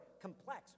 complex